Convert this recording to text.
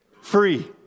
free